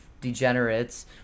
degenerates